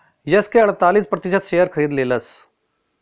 yes के अड़तालीस प्रतिशत शेअर खरीद लेलस